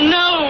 no